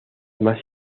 más